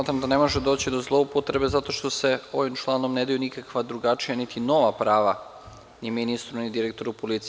Smatram da ne može doći do zloupotrebe zato što se ovim članom ne daju nikakva drugačija, niti nova prava ni ministru, ni direktoru policije.